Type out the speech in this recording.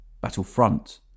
Battlefront